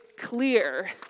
clear